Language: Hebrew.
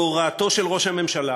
בהוראתו של ראש הממשלה,